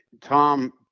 Tom